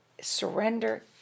surrender